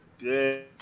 Good